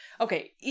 okay